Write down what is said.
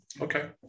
okay